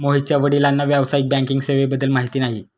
मोहितच्या वडिलांना व्यावसायिक बँकिंग सेवेबद्दल माहिती नाही